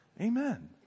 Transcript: Amen